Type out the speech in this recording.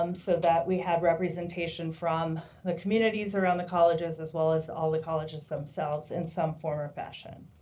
um so that we had representation from the communities around the colleges as well as all the colleges themselves in some form or fashion.